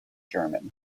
german